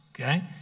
Okay